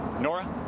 Nora